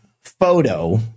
photo